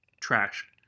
Trash